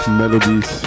melodies